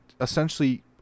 essentially